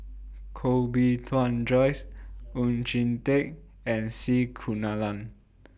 Koh Bee Tuan Joyce Oon Jin Teik and C Kunalan